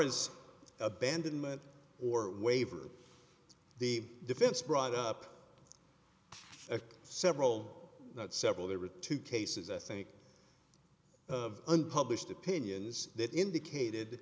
as abandonment or waiver the defense brought up several several there were two cases i think of unpublished opinions that indicated